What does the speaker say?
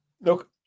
Look